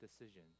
decision